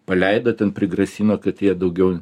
paleido ten prigrasino kad jie daugiau